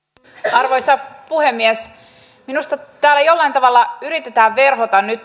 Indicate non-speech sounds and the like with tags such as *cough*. arvoisa puhemies minusta täällä jollain tavalla yritetään verhota nyt *unintelligible*